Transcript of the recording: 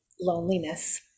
loneliness